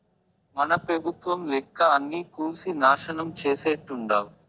మన పెబుత్వం లెక్క అన్నీ కూల్సి నాశనం చేసేట్టుండావ్